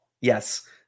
Yes